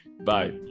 Bye